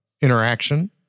interaction